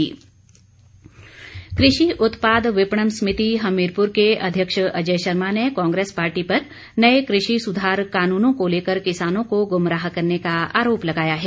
APMC कृषि उत्पाद विपणन समिति हमीरपुर के अध्यक्ष अजय शर्मा ने कांग्रेस पार्टी पर नए कृषि सुधार कानूनों को लेकर किसानों को गुमराह करने का आरोप लगाया है